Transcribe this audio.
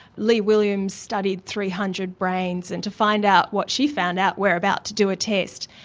lee williams studied three hundred brains and to find out what she found out we're about to do a test.